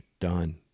done